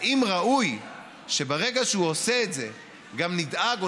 האם ראוי שברגע שהוא עושה את זה גם נדאג או